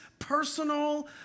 personal